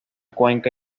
cuenca